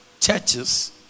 churches